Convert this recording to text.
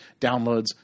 downloads